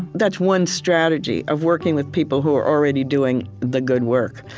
that's one strategy of working with people who are already doing the good work.